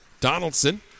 Donaldson